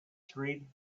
street